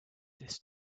this